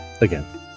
Again